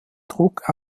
druck